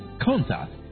contact